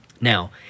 now